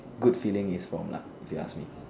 good feeling is from lah if you ask me